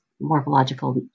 morphological